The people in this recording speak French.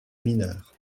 mineure